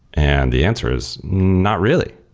and the answer is not really.